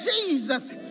Jesus